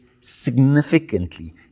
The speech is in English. significantly